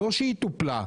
לא שהיא טופלה,